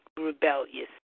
rebellious